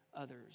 others